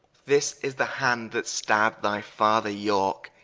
this is the hand that stabb'd thy father yorke,